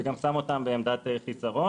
זה גם שם אותם בעמדת חיסרון.